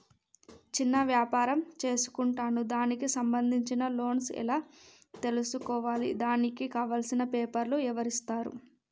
చిన్న వ్యాపారం చేసుకుంటాను దానికి సంబంధించిన లోన్స్ ఎలా తెలుసుకోవాలి దానికి కావాల్సిన పేపర్లు ఎవరిస్తారు?